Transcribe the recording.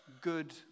good